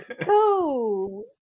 cool